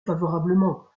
favorablement